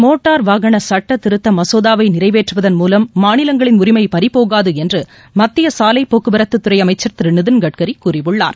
motor வாகன சட்டத்திருத்த மசோதாவை நிறைவேற்றுவதன் மூலம் மாநிலங்களின் உரிமை பறிபோகாது என்று மத்திய சாலை போக்குவரத்து துறை அமைச்சர் திரு நிதின் கட்கரி கூறியுள்ளார்